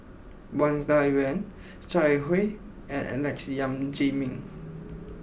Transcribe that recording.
Wang Dayuan Zhang Hui and Alex Yam Ziming